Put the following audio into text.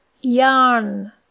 Yarn